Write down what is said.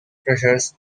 pressures